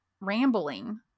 rambling